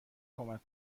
کمک